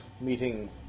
meeting